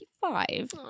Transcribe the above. Five